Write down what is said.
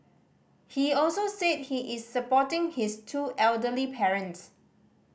he also said he is supporting his two elderly parents